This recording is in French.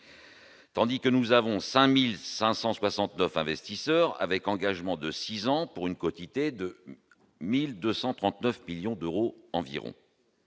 on totalise 5 569 investisseurs avec engagement de six ans pour une quotité de 1 239 millions d'euros environ.